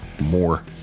more